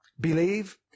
believe